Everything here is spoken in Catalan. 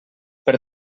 per